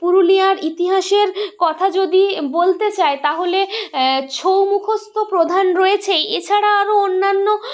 পুরুলিয়ার ইতিহাসের কথা যদি বলতে চাই তাহলে ছৌ মুখোশ তো প্রধান রয়েছেই এছাড়া আরও অন্যান্য